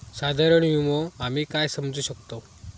साधारण विमो आम्ही काय समजू शकतव?